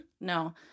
No